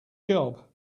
job